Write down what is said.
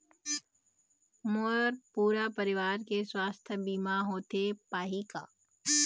मोर पूरा परवार के सुवास्थ बीमा होथे पाही का?